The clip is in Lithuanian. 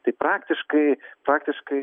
tai praktiškai praktiškai